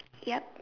yup